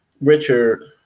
Richard